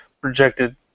projected